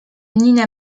nina